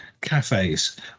cafes